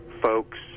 folks